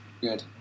good